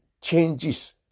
changes